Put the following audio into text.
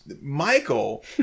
Michael